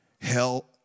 Hell